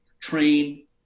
train